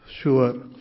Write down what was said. sure